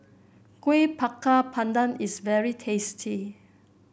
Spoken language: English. Kuih Bakar Pandan is very tasty